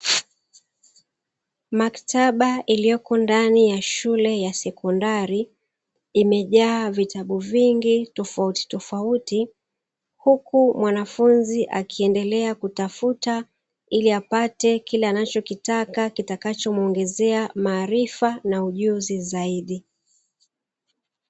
Maktaba iliyoko ndani ya shule ya sekondari, imejaa vitabu vingi tofauti tofauti huku mwanafunzi akiendelea kutafuta ili apate kile anachokitaka kitakachomuongezea maarifa na ujuzi zaidi.